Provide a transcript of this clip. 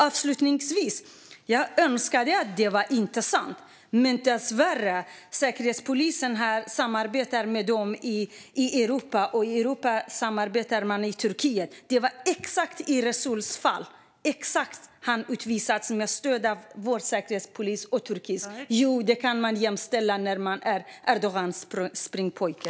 Avslutningsvis önskar jag att det inte vore sant, men Säkerhetspolisen samarbetar dessvärre med dem i Europa, och i Europa samarbetar man med Turkiet. Det var exakt det som skedde i Resuls fall: Han utvisades med stöd av vår säkerhetspolis - och turkisk. Jo, det går att jämställa med att vara Erdogans springpojke.